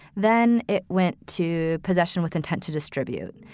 then it went to possession with intent to distribute.